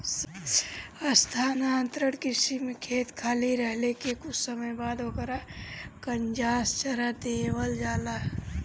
स्थानांतरण कृषि में खेत खाली रहले के कुछ समय बाद ओकर कंजास जरा देवल जाला